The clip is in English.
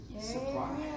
supply